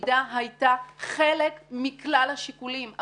הבגידה הייתה חלק מכלל השיקולים,